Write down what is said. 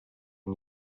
and